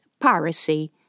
piracy